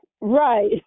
Right